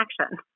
action